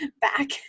back